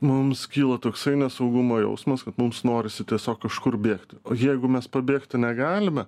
mums kyla toksai nesaugumo jausmas kad mums norisi tiesiog kažkur bėgti o jeigu mes pabėgti negalime